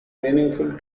meaningful